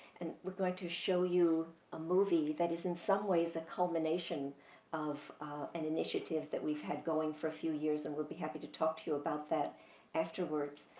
and we're going to show you a movie that is, in some ways, a combination of an initiative that we've had going for a few years, and we'll be happy to talk to you about that afterwards.